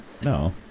No